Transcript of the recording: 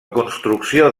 construcció